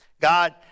God